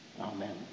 Amen